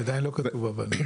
זה עדיין לא כתוב אבל,